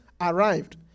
arrived